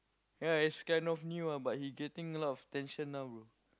ya he's kind of new ah but he getting a lot of attention now bro